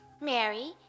Mary